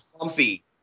Lumpy